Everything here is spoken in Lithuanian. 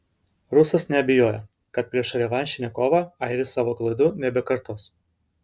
rusas neabejoja kad prieš revanšinę kovą airis savo klaidų nebekartos